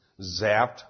zapped